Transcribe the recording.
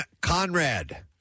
Conrad